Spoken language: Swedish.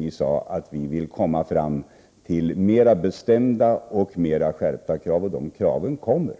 Vi däremot ville få fram mera välunderbyggda och skärpta krav — och de kraven kommer att